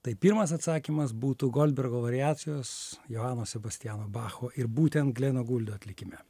tai pirmas atsakymas būtų goldbergo variacijos johano sebastiano bacho ir būtent gleno guldo atlikime